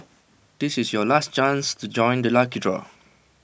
this is your last chance to join the lucky draw